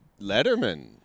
Letterman